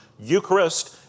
Eucharist